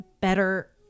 better